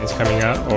coming up.